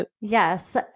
Yes